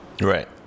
Right